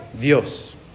Dios